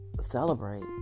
celebrate